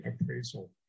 appraisal